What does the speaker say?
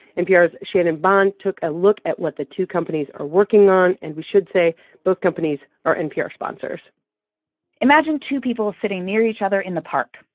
npr's shannon bond took a look at what the two companies are working on. and we should say both companies are npr sponsors imagine two people sitting near each other in the park.